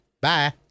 Bye